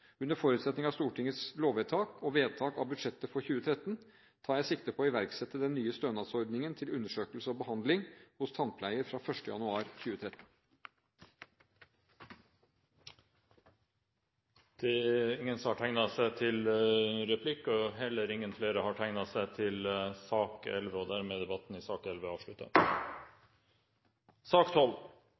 Under forutsetning av Stortingets lovvedtak og vedtak av budsjettet for 2013 tar jeg sikte på å iverksette den nye stønadsordningen til undersøkelse og behandling hos tannpleier fra 1. januar 2013. Flere har ikke bedt om ordet til sak nr. 11. Etter ønske fra helse- og omsorgskomiteen vil presidenten foreslå at taletiden blir begrenset til